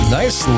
nice